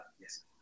Yes